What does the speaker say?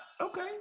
Okay